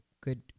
good